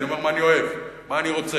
אני אומר מה אני אוהב, מה אני רוצה.